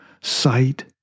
sight